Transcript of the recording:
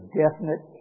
definite